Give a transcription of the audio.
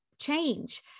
change